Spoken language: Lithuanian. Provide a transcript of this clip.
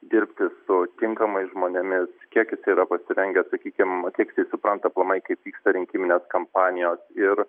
dirbti su tinkamais žmonėmis kiek jisai yra pasirengęs sakykim atlikti supranta aplamai kaip vyksta rinkiminės kampanijos ir